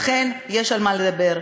לכן יש על מה לדבר.